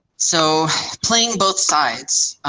so playing both sides,